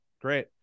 Great